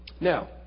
Now